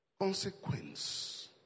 consequence